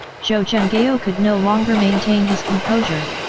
zhou zhenghao could no longer maintain his composure,